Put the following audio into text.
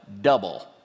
double